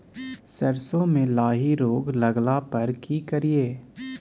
सरसो मे लाही रोग लगला पर की करिये?